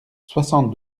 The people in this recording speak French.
soixante